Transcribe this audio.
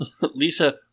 Lisa